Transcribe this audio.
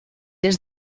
des